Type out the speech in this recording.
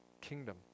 kingdom